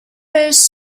first